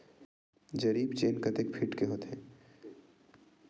जरीब चेन कतेक फीट के होथे?